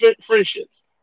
friendships